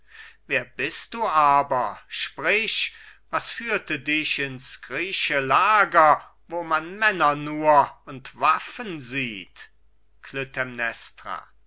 wer bist du aber sprich was führte dich ins griech'sche lager wo man männer nur und waffen sieht